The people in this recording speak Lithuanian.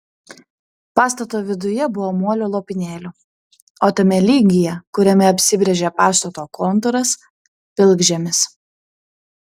pastato viduje buvo molio lopinėlių o tame lygyje kuriame apsibrėžė pastato kontūras pilkžemis